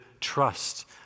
trust